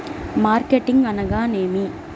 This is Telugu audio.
మార్కెటింగ్ అనగానేమి?